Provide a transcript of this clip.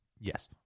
Yes